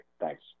Thanks